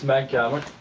but couleur